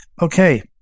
Okay